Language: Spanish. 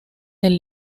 del